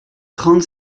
trente